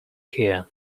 here